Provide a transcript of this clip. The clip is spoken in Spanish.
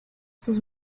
sus